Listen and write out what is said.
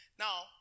Now